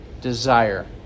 desire